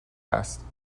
است